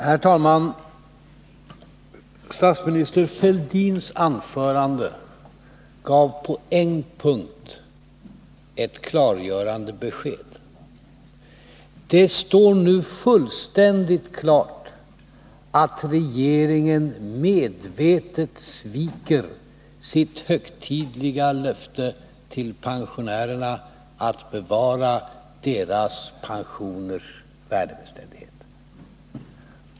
Herr talman! Statsminister Fälldins anförande gav på en punkt ett klargörande besked. Det står nu fullständigt klart att regeringen medvetet sviker sitt högtidliga löfte till pensionärerna att bevara pensionernas värdebeständighet.